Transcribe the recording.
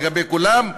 אלא לגבי כולם,